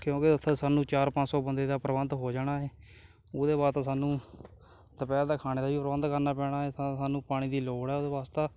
ਕਿਉਂਕਿ ਉੱਥੇ ਸਾਨੂੰ ਚਾਰ ਪੰਜ ਸੌ ਬੰਦੇ ਦਾ ਪ੍ਰਬੰਧ ਹੋ ਜਾਣਾ ਹੈ ਉਹਦੇ ਵਾਸਤੇ ਸਾਨੂੰ ਦੁਪਹਿਰ ਦਾ ਖਾਣੇ ਦਾ ਪ੍ਰਬੰਧ ਕਰਨਾ ਪੈਣਾ ਹੈ ਤਾਂ ਸਾਨੂੰ ਪਾਣੀ ਦੀ ਲੋੜ ਆ ਉਹਦੇ ਵਾਸਤੇ